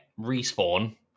Respawn